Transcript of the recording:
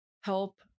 help